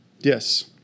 Yes